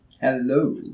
Hello